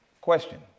Question